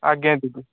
ଆଜ୍ଞା ଦିଦି